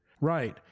Right